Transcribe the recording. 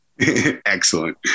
Excellent